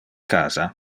casa